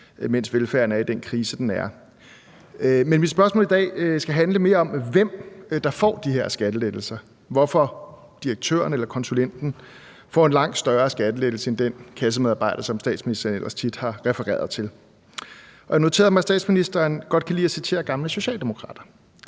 mens velfærden er i den krise, den er i. Men mit spørgsmål i dag skal handle mere om, hvem der får de her skattelettelser – hvorfor direktøren eller konsulenten får en langt større skattelettelse end den kassemedarbejder, som statsministeren ellers tit har refereret til. Jeg har noteret mig, at statsministeren godt kan lide at citere gamle socialdemokrater,